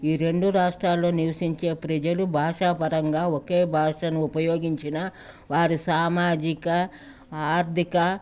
ఈ రెండు రాష్ట్రాల్లో నివసించే ప్రజలు భాషా పరంగా ఒకే భాషను ఉపయోగించిన వారి సామాజిక ఆర్థిక